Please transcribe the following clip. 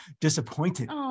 disappointed